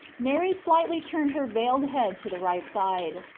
mary slightly turned her veiled head to the right side.